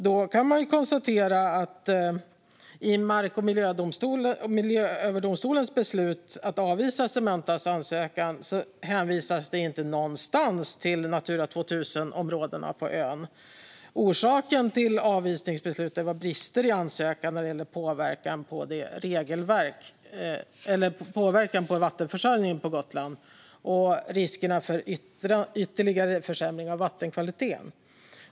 Då kan man ju konstatera att det i Mark och miljööverdomstolens beslut att avvisa Cementas ansökan inte någonstans hänvisas till Natura 2000-områdena på ön. Orsaken till avvisningsbeslutet var brister i ansökan när det gäller påverkan på vattenförsörjningen på Gotland och riskerna för ytterligare försämring av vattenkvaliteten.